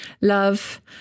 love